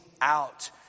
out